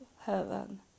heaven